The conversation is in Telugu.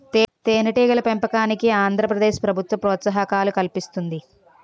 తేనెటీగల పెంపకానికి ఆంధ్ర ప్రదేశ్ ప్రభుత్వం ప్రోత్సాహకాలు కల్పిస్తుంది